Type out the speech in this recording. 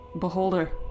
Beholder